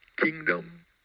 kingdom